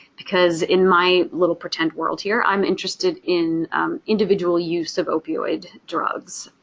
because in my little pretend world here, i'm interested in individual use of opioid drugs.